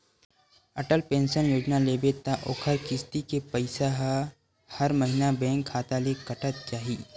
Atal pension योजना लेबे त ओखर किस्ती के पइसा ह हर महिना बेंक खाता ले कटत जाही